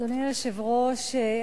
אדוני היושב-ראש,